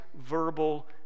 verbal